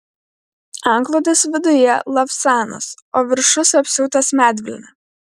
antklodės viduje lavsanas o viršus apsiūtas medvilne